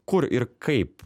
kur ir kaip